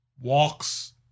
walks